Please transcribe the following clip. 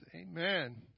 Amen